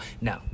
No